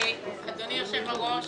אדוני יושב-הראש,